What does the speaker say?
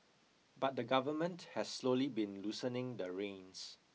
but the Government has slowly been loosening the reins